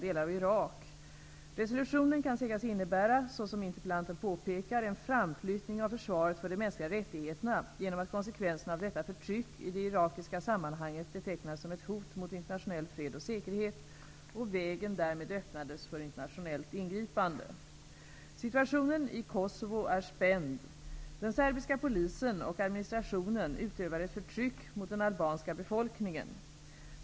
Resolutionen kan sägas innebära -- såsom interpellanten påpekar -- en framflyttning av försvaret för de mänskliga rättigheterna genom att konsekvenserna av detta förtryck i det irakiska sammanhanget betecknades som ett hot mot internationell fred och säkerhet och vägen därmed öppnades för internationellt ingripande. Situationen i Kosovo är spänd. Den serbiska polisen och administrationen utövar ett förtryck mot den albanska befolkningen.